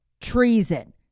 treason